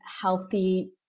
healthy